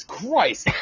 Christ